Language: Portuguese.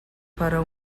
para